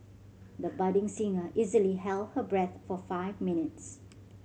the budding singer easily held her breath for five minutes